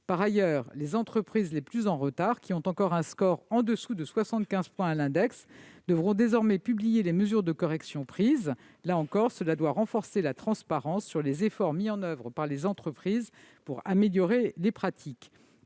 Par ailleurs, les entreprises qui sont le plus en retard- celles qui ont encore un index inférieur à 75 points -devront désormais publier les mesures de correction adoptées. Là encore, cela doit renforcer la transparence sur les efforts mis en oeuvre par les entreprises afin d'améliorer les pratiques.